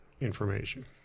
information